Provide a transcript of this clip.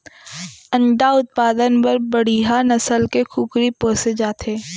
अंडा उत्पादन बर बड़िहा नसल के कुकरी पोसे जाथे